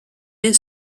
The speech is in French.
est